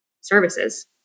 services